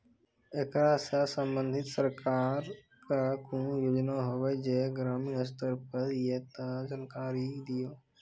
ऐकरा सऽ संबंधित सरकारक कूनू योजना होवे जे ग्रामीण स्तर पर ये तऽ जानकारी दियो?